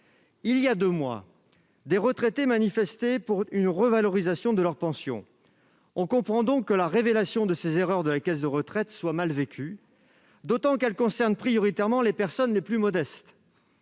Il y a deux mois, des retraités manifestaient pour une revalorisation de leur pension. On comprend donc que la révélation de ces erreurs de la caisse de retraite soit mal vécue, d'autant que celles-ci concernent prioritairement les personnes les plus modestes.